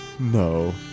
No